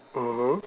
(uh huh)